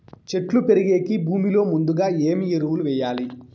చెట్టు పెరిగేకి భూమిలో ముందుగా ఏమి ఎరువులు వేయాలి?